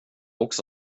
också